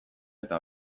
eta